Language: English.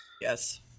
Yes